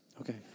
Okay